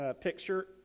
Picture